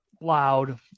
loud